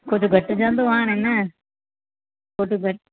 कुझु घटिजंदो हाणे न कुझु न